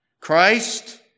Christ